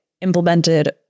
implemented